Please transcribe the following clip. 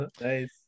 Nice